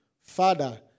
Father